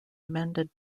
amended